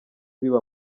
biba